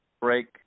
break